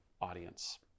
audience